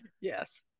Yes